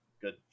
good